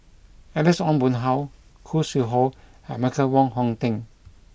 Alex Ong Boon Hau Khoo Sui Hoe and Michael Wong Hong Teng